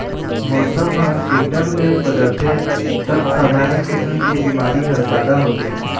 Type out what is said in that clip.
मउसम ह एकदम ले बदलथे तब सधारन किसम के बिमारी ह जादा होथे